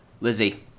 Lizzie